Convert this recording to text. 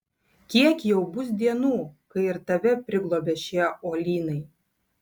kiek jau bus dienų kai ir tave priglobė šie uolynai